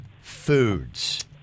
foods